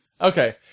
Okay